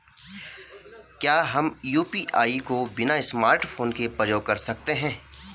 क्या हम यु.पी.आई को बिना स्मार्टफ़ोन के प्रयोग कर सकते हैं?